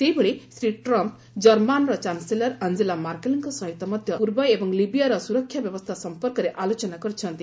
ସେହିଭଳି ଶ୍ରୀ ଟ୍ରମ୍ପ୍ ଜର୍ମାନର chancellor Angela ମାର୍କେଲଙ୍କ ସହିତ ମଧ୍ୟ ପୂର୍ବ ଏବଂ ଲିବିୟାର ସୁରକ୍ଷାବ ବ୍ୟବସ୍ଥା ସଫପର୍କରେ ଆଲୋଚନା କରିଛନ୍ତି